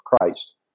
Christ